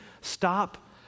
Stop